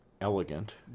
elegant